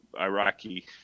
Iraqi